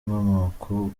inkomoko